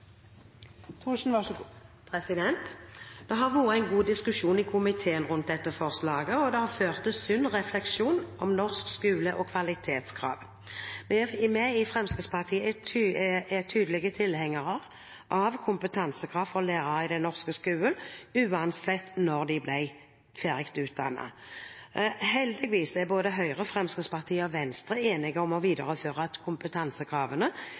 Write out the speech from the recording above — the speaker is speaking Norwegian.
Det har vært en god diskusjon i komiteen rundt dette forslaget, og det har ført til sunn refleksjon om norsk skole og kvalitetskrav. Vi i Fremskrittspartiet er tydelige tilhengere av kompetansekrav for lærere i den norske skolen, uansett når de ble ferdig utdannet. Heldigvis er både Høyre, Fremskrittspartiet og Venstre enige om å videreføre kompetansekravene,